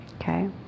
okay